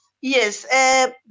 Yes